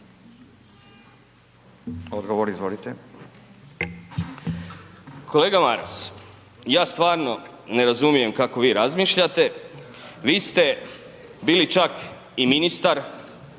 Miro (HDZ)** Kolega Maras, ja stvarno ne razumijem kako vi razmišljate, vi ste bili čak i ministar